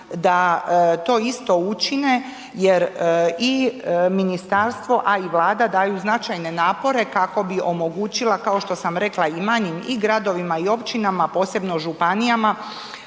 da to isto učine jer i ministarstvo, a i Vlada daju značajne napore kako bi omogućila, kao sam rekla i manjim i gradovima i općinama, posebno županijama